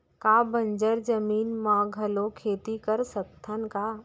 का बंजर जमीन म घलो खेती कर सकथन का?